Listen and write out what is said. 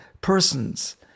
persons